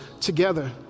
together